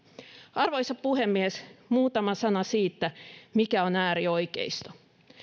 arvoisa puhemies muutama sana siitä mikä on äärioikeisto